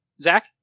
Zach